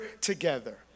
together